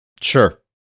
Sure